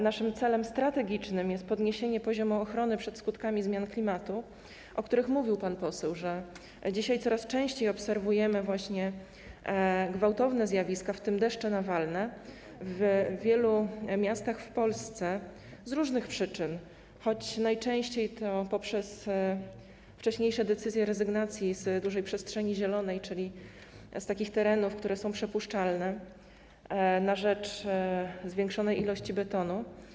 Naszym celem strategicznym jest podniesienie poziomu ochrony przed skutkami zmian klimatu, o których mówił pan poseł, że dzisiaj coraz częściej obserwujemy gwałtowne zjawiska, w tym deszcze nawalne w wielu miastach w Polsce, z różnych przyczyn, choć najczęściej z powodu wcześniejszych decyzji o rezygnacji z dużej przestrzeni zielonej, czyli z terenów, które są przepuszczalne, na rzecz zwiększonej ilości betonu.